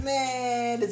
Man